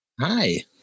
Hi